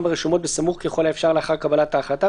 ברשומות בסמוך ככל האפשר לאחר קבלת ההחלטה,